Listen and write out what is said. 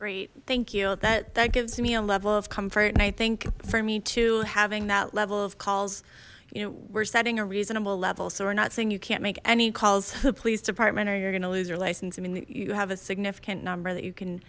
thank you that that gives me a level of comfort and i think for me to having that level of calls you know we're setting a reasonable level so we're not saying you can't make any calls the police department or you're gonna lose your license i mean you have a significant number that you can